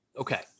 Okay